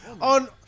On